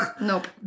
Nope